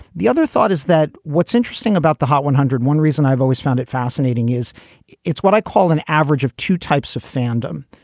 the other thought is that what's interesting about the hot one hundred and one reason i've always found it fascinating is it's what i call an average of two types of fandom.